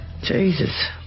Jesus